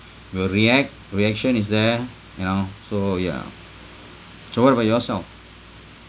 we'll react reaction is there you know so yeah so what about yourself